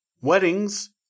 weddings